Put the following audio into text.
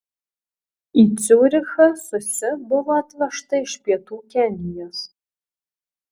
į ciurichą susi buvo atvežta iš pietų kenijos